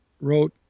wrote